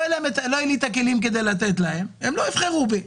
לא יהיו לי כלים כדי לתת להם, אז הם לא יבחרו בי.